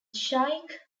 shaikh